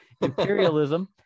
imperialism